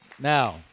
Now